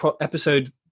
episode